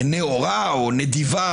נאורה / נדיבה.